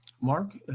Mark